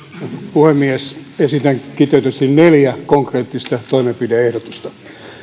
puhemies esitän kiteytetysti neljä konkreettista toimenpide ehdotusta